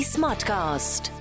Smartcast